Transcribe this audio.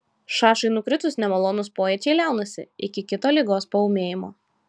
šašui nukritus nemalonūs pojūčiai liaunasi iki kito ligos paūmėjimo